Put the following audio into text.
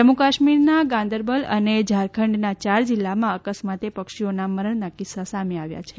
જમ્મુ કાશ્મીરના ગાંદરબલ અને ઝારખંડના યાર જીલ્લામાં અકસ્માતે પક્ષીઓના મરણના કિસ્સા સામે આવ્યા છે